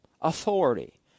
authority